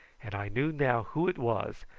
and i knew now who it was,